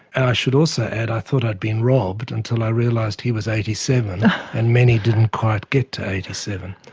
and i should also add i thought i'd been robbed until i realised he was eighty seven and many didn't quite get to eighty seven,